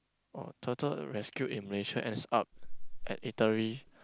oh turtle rescued in Malaysia ends up eatery